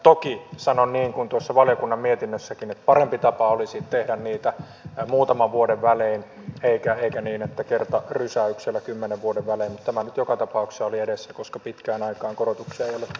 toki sanon niin kuin sanotaan tuossa valiokunnan mietinnössäkin että parempi tapa olisi tehdä niitä muutaman vuoden välein eikä kertarysäyksellä kymmenen vuoden välein mutta tämä nyt joka tapauksessa oli edessä koska pitkään aikaan korotuksia ei ole tehty